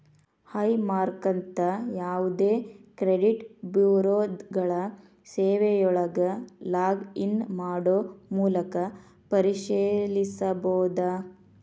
high ಮಾರ್ಕ್ನಂತ ಯಾವದೇ credit ಬ್ಯೂರೋಗಳ ಸೇವೆಯೊಳಗ ಲಾಗ್ ಇನ್ ಮಾಡೊ ಮೂಲಕ ಪರಿಶೇಲಿಸಬೋದ